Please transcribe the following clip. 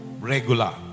Regular